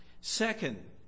Second